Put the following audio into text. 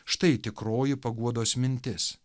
štai tikroji paguodos mintis